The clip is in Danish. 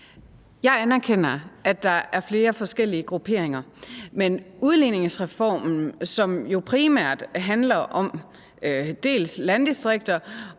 Jeg anerkender, at der er flere forskellige grupperinger, men udligningsreformen handler jo primært om dels landdistrikter,